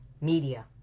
Media